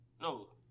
No